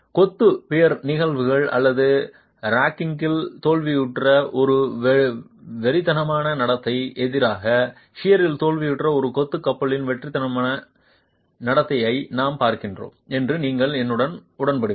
கொத்து பியர் நெகிழ்வு அல்லது ராக்கிங்கில் தோல்வியுற்ற ஒரு வெறித்தனமான நடத்தைக்கு எதிராக ஷியரில் தோல்வியுற்ற ஒரு கொத்து கப்பலின் வெறித்தனமான நடத்தையை நாம் பார்த்திருந்தோம் என்று நீங்கள் என்னுடன் உடன்படுவீர்கள்